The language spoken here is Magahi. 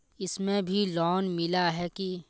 इसमें भी लोन मिला है की